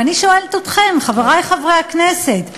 ואני שואלת אתכם, חברי חברי הכנסת,